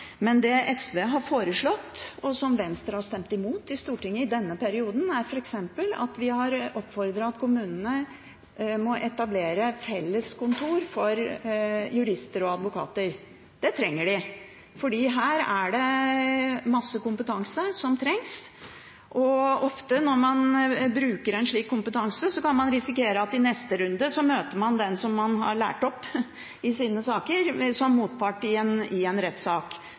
Men det SV har foreslått, og som Venstre har stemt imot i Stortinget i denne perioden, er f.eks. at vi har oppfordret kommunene til å etablere felles kontor for jurister og advokater. Det har de bruk for, for her trengs det masse kompetanse. Ofte når man bruker slik kompetanse, kan man risikere at man i neste runde møter den man har lært opp i sine saker, som motpart i en rettssak.